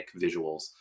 visuals